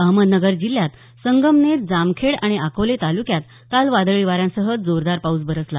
अहमदनगर जिल्ह्यात संगमनेर जामखेड आणि अकोले तालुक्यात काल वादळी वाऱ्यांसह पाऊस बरसला